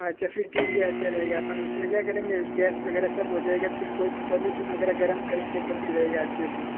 हाँ अच्छा फिर ठीक है अच्छा रहेगा अपन उस में क्या करेंगे गैस वग़ैरह सब हो जाएगा फिर कोई भी सॉल्यूशन वग़ैरह गर्म करेंगे तो भी हो जाएगा अच्छे से